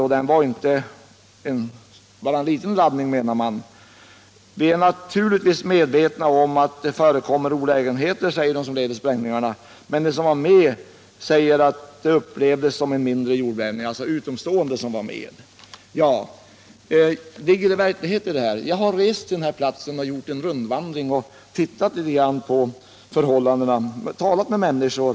Vederbörande menade att det bara var en liten laddning. ”Vi är naturligtvis medvetna om att det förekommer olägenheter”, sade den som ledde sprängningarna. Men utomstående som var med sade att sprängningarna upplevdes som en mindre jordbävning. Finns det någon verklighet bakom de här beskrivningarna? Jag har rest till platsen, gjort en rundvandring, sett litet på förhållandena och talat med människor.